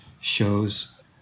shows